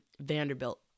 Vanderbilt